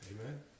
Amen